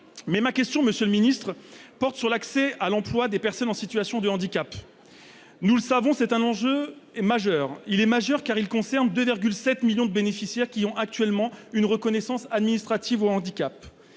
en tension. Monsieur le ministre, ma question porte sur l'accès à l'emploi des personnes en situation de handicap. Nous le savons, c'est un enjeu majeur. Il est majeur d'abord, car il concerne 2,7 millions de bénéficiaires qui ont actuellement une reconnaissance administrative de leur handicap.